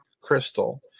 crystal